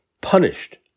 punished